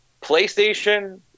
PlayStation